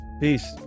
Peace